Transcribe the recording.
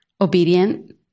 obedient